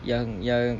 yang yang